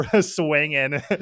swinging